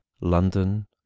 london